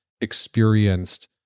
experienced